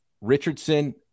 Richardson